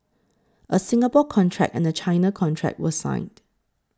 a Singapore contract and a China contract were signed